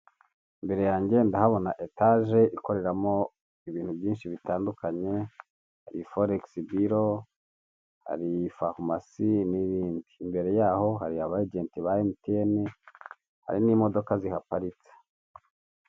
Imbere yanjye ndahabona etage ikoreramo ibintu byinshi bitandukanye ay foregisi biro, hari farumasi n'ibindi, imbere yaho hari abajenti ba emutiyene hari n'imodoka zihaparitse.